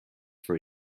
for